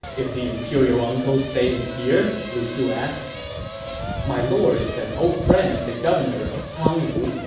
is the imperial uncle staying here? lu su asked my lord is an old friend of the governor of cangwu,